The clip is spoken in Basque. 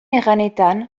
erranetan